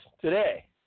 today